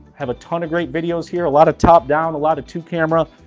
have a ton of great videos here. a lot of top-down, a lot of two-camera.